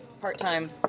Part-time